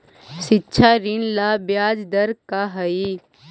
शिक्षा ऋण ला ब्याज दर का हई?